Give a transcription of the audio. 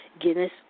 Guinness